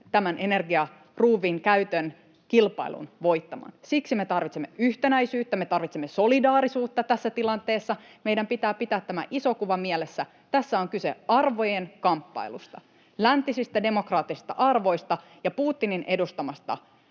tämän energiaruuvin käytön kilpailun voittamaan. Siksi me tarvitsemme yhtenäisyyttä ja me tarvitsemme solidaarisuutta tässä tilanteessa. Meidän pitää pitää tämä iso kuva mielessä. Tässä on kyse arvojen kamppailusta, läntisistä demokraattisista arvoista ja Putinin edustamasta